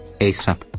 ASAP